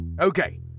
Okay